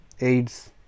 AIDS